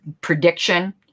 prediction